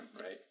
right